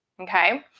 okay